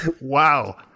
wow